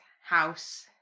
house